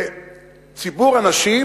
של ציבור הנשים